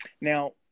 now